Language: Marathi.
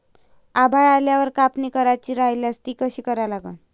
आभाळ आल्यावर कापनी करायची राह्यल्यास ती कशी करा लागन?